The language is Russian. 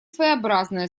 своеобразная